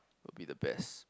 would be the best